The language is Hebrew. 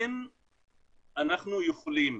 אין אנחנו יכולים